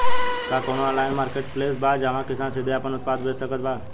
का कउनों online marketplace बा जहां किसान सीधे आपन उत्पाद बेच सकत बा?